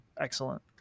excellent